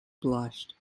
blushed